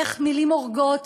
איך מילים הורגות,